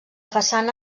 façana